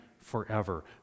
forever